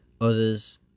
Others